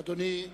אדוני,